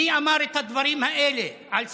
מי אמר את הדברים האלה על סמוטריץ'